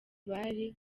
bari